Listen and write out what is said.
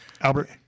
Albert